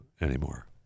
anymore